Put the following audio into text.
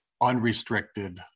unrestricted